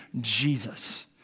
Jesus